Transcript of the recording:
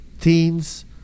teens